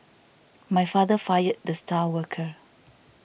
my father fired the star worker